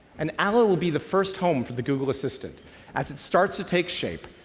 and allo will be the first home for the google assistant as it starts to take shape,